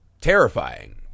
terrifying